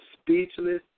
speechless